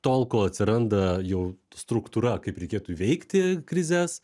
tol kol atsiranda jau struktūra kaip reikėtų įveikti krizes